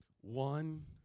One